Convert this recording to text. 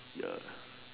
ya